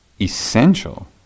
essential